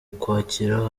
ukwakira